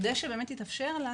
כדי שבאמת יתאפשר לה